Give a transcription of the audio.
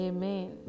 Amen